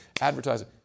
advertising